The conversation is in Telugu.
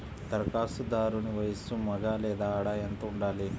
ధరఖాస్తుదారుని వయస్సు మగ లేదా ఆడ ఎంత ఉండాలి?